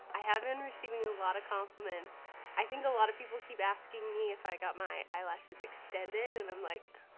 i have been receiving a lot of compliments. i think a lot of people keep asking me if i got my eyelashes extended and i'm like,